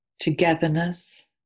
togetherness